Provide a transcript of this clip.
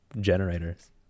generators